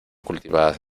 cultivadas